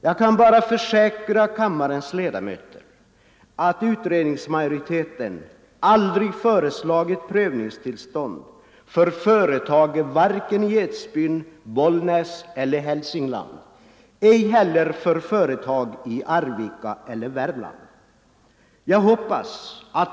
Jag kan bara försäkra kammarens ledamöter att utredningsmajoriteten aldrig föreslagit prövningstillstånd för företag vare sig i Edsbyn, Bollnäs eller Hälsingland i övrigt, ej heller för företag i Arvika eller övriga Värmland.